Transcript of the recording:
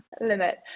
limit